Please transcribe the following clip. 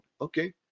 Okay